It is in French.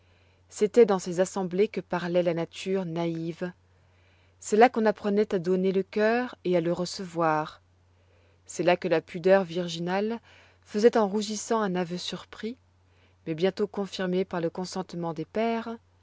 c'étoit dans ces assemblées que parloit la nature naïve c'est là qu'on apprenoit à donner le cœur et à le recevoir c'est là que la pudeur virginale faisoit en rougissant un aveu surpris mais bientôt confirmé par le consentement des pères